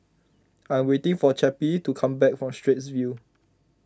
I am waiting for Cappie to come back from Straits View